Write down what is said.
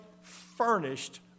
furnished